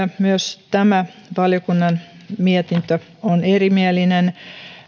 myös tämä valiokunnan mietintö on erimielinen